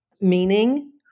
meaning